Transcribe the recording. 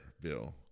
Bill